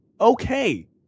Okay